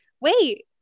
wait